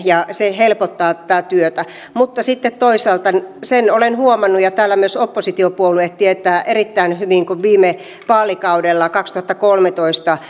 ja se helpottaa tätä työtä sitten toisaalta sen olen huomannut ja täällä myös oppositiopuolueet tietävät erittäin hyvin että kun viime vaalikaudella kaksituhattakolmetoista